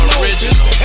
original